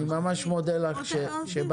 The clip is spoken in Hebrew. אני ממש מודה לך שבאת.